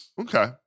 Okay